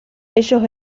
ellos